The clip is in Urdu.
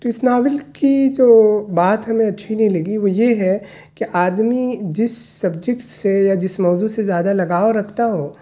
تو اس ناول کی جو بات ہمیں اچھی نہیں لگی وہ یہ ہے کہ آدمی جس سبجیکٹ سے یا جس موضوع سے زیادہ لگاؤ رکھتا ہو